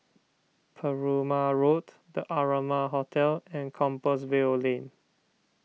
Perumal Road the Amara Hotel and Compassvale Lane